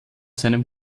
seinem